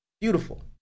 beautiful